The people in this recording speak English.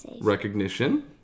Recognition